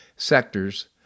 sectors